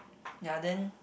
ya then